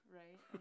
right